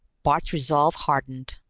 bart's resolve hardened.